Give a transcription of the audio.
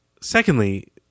secondly